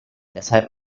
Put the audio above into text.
deshalb